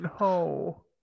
No